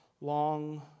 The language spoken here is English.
long